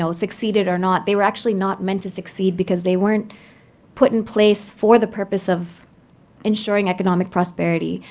so succeeded or not, they were actually not meant to succeed because they weren't put in place for the purpose of ensuring economic prosperity.